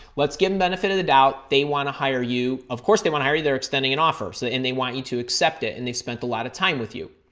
let's give them benefit of the doubt, they want to hire you. of course they want to hire you, they're extending an offer. so and they want you to accept it, and they've spent a lot of time with you.